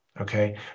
Okay